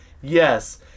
yes